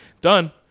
Done